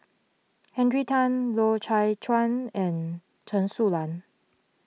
Henry Tan Loy Chye Chuan and Chen Su Lan